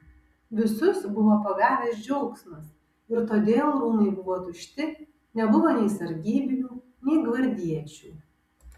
visus buvo pagavęs džiaugsmas ir todėl rūmai buvo tušti nebuvo nei sargybinių nei gvardiečių